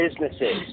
businesses